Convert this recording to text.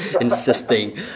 insisting